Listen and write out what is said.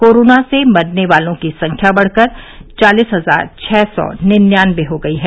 corona से मरने वालों की संख्या बढ़कर चालीस हजार छ सौ निन्यानबे हो गई है